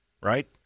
right